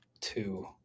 two